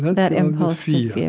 that impulse to yeah